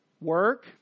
Work